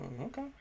okay